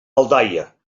aldaia